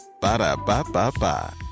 Ba-da-ba-ba-ba